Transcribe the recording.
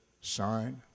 sign